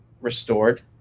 restored